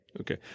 Okay